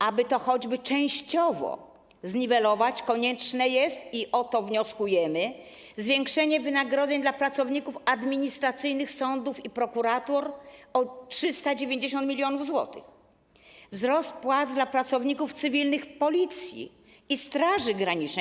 Aby choć częściowo to zniwelować, konieczne jest - i o to wnioskujemy - zwiększenie wynagrodzeń dla pracowników administracyjnych sądów i prokuratur o 390 mln zł, wzrost płac dla pracowników cywilnych w Policji i Straży Granicznej.